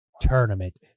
tournament